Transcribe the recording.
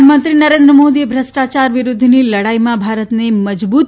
પ્રધાનમંત્રી નરેન્દ્ર મોદીએ ભ્રષ્ટાયાર વિરૂદ્વની લડાઈમાં ભારતને મજબૂત